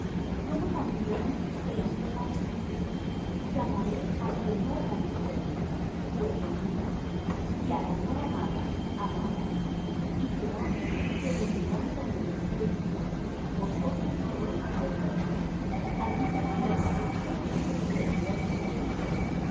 como también en oseas dice llamaré al que no era mi pueblo pueblo mío y á la no amada amada y será que en el lugar donde les fué dicho vosotros no sois pueblo mío allí serán llamados hijos del dios viviente